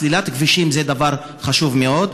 סלילת כבישים זה דבר חשוב מאוד,